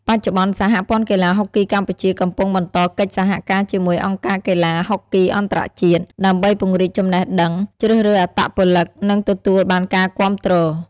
បច្ចុប្បន្ន សហព័ន្ធកីឡាហុកគីកម្ពុជាកំពុងបន្តកិច្ចសហការជាមួយអង្គការកីឡាហុកគីអន្តរជាតិ ដើម្បីពង្រីកចំណេះដឹង ជ្រើសរើសអត្តពលិក និងទទួលបានការគាំទ្រ។